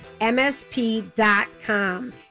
MSP.com